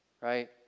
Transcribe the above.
Right